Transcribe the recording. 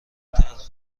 تلخ